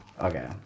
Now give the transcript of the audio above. Okay